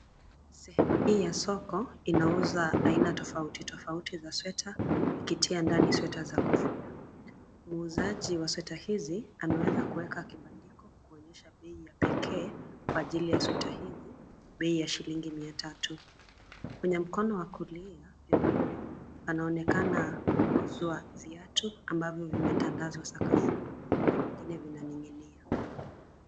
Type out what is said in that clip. Sehemu hii ya soko inauza aina tofauti tofauti za sweta, ikitia ndani sweta za kofia. Muuzaji wa sweta hizi ameweza kuweka kibandiko kuonyesha bei ya pekee kwa ajili ya sweta hizi, bei ya shillingi mia tatu. Kwenye mkono wa kulia pembeni, panaonekana kuuzwa viatu ambavyo vimetandazwa sakafuni na vingine vinaning'inia.